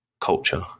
culture